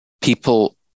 people